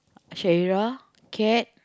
Shahira-Kat